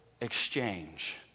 exchange